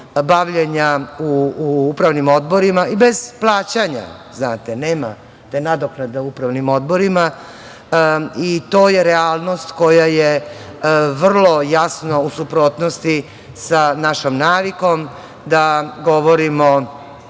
bavljenja u upravnim odborima i bez plaćanja, znate, nema te nadoknade u upravnim odborima. To je realnost koja je vrlo jasno u suprotnosti sa našom navikom da govorimo